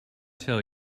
tell